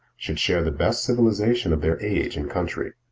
should share the best civilization of their age and country.